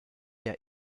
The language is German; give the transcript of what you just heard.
der